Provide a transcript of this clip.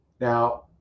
now